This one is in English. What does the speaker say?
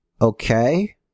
okay